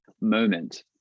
moment